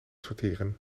sorteren